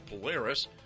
Polaris